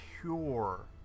pure